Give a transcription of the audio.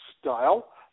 style